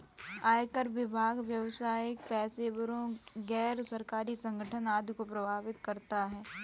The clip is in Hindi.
आयकर विभाग व्यावसायिक पेशेवरों, गैर सरकारी संगठन आदि को प्रभावित करता है